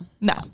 no